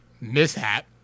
mishap